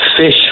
fish